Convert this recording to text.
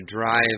drive